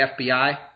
FBI